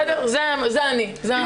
זאת אני.